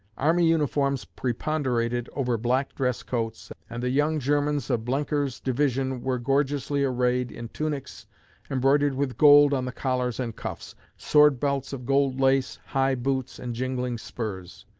army uniforms preponderated over black dress coats, and the young germans of blenker's division were gorgeously arrayed in tunics embroidered with gold on the collars and cuffs, sword-belts of gold lace, high boots, and jingling spurs.